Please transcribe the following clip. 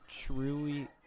truly